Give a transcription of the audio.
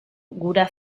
gura